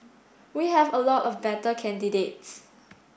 we have a lot of better candidates